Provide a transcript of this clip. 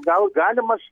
gal galimas